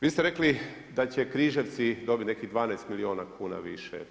Vi ste rekli da će Križevci dobiti nekih 12 milijuna kuna više.